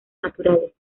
naturales